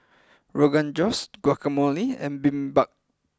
Rogan Josh Guacamole and Bibimbap